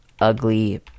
ugly